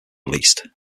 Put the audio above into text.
released